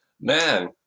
man